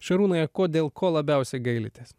šarūnai o ko dėl ko labiausiai gailitės